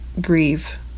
grieve